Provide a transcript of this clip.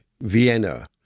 Vienna